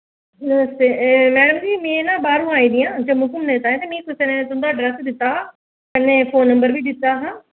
नमस्ते एह् मैडम जी में ना बाह्रूं आई दी आं जम्मू घुम्मने ताईं ते मिगी कुसै ने तुं'दा अड्रैस्स दित्ता हा कन्नै फोन नंबर बी दित्ता हा